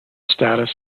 status